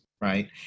right